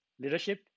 leadership